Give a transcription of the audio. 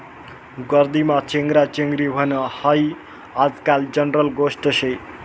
गर्दीमा चेंगराचेंगरी व्हनं हायी आजकाल जनरल गोष्ट शे